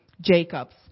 Jacobs